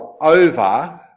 over